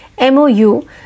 MOU